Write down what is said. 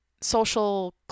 social